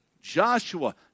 Joshua